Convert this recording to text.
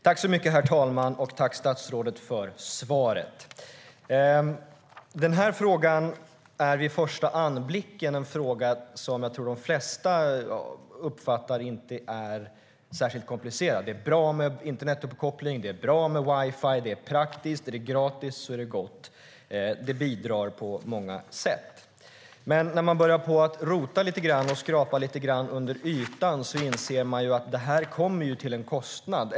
Herr talman! Tack, statsrådet, för svaret! Vid första anblicken är det här en fråga som jag tror att de flesta uppfattar som inte särskilt komplicerad. Det är bra med internetuppkoppling, och det är bra med wifi. Det är praktiskt, och är det gratis är det gott. Det bidrar på många sätt. Men när man börjar rota lite grann och skrapar på ytan inser man att det kommer en kostnad.